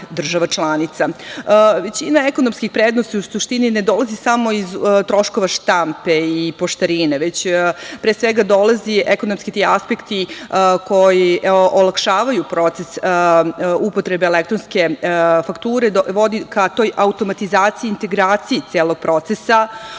država članica. Većina ekonomskih prednosti i suštini ne dolazi samo iz troškova štampe i poštarine, već pre svega dolazi, ti ekonomski aspekti koji olakšavaju proces upotrebe elektronske fakture, vodi ka toj automatizaciji, integraciji celog procesa